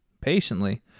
patiently